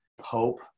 hope